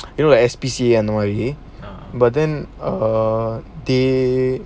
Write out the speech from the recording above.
you know like S_P_C_A and ya but then err they